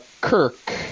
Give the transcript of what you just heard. Kirk